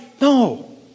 No